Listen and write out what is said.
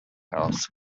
house